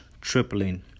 tripling